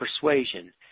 persuasion